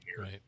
Right